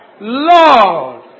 Lord